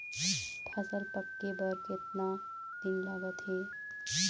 फसल पक्के बर कतना दिन लागत हे?